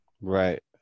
right